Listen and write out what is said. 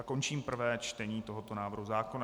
Končím prvé čtení tohoto návrhu zákona.